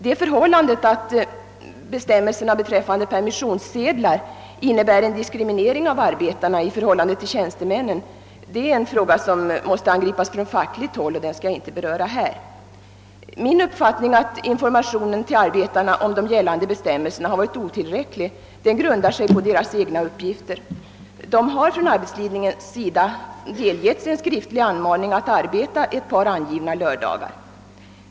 Det förhållandet att bestämmelserna beträffande permissionssedlar innebär en diskriminering av arbetarna i förhållande till tjänstemännen är en fråga, som måste angripas från fackligt håll, och jag skall inte beröra den här. Min uppfattning att informationen till arbetarna varit otillräcklig grundar sig på deras egna uppgifter. De har från arbetsledningen delgivits en skriftlig anmaning att arbeta ett par angivna lördagar.